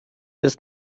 des